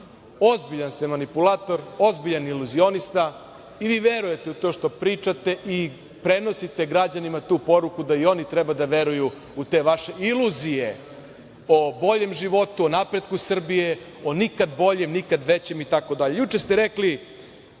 lako. Ozbiljan ste manipulator, ozbiljan iluzionista. Vi verujete u to što pričate i prenosite građanima tu poruku da i oni treba da veruju u te vaše iluzije o boljem životu, o napretku Srbije, o nikada boljem, nikada većem, itd.